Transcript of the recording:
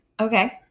Okay